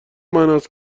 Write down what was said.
معناست